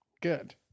Good